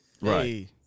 Right